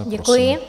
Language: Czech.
Děkuji.